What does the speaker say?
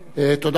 תודה רבה.